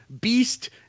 Beast